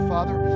Father